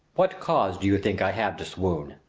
what cause, do you think, i have to swoon?